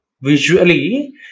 visually